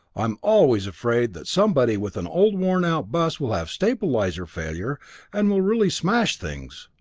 i'm always afraid that somebody with an old worn-out bus will have stabilizer failure and will really smash things.